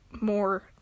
more